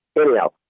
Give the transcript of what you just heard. anyhow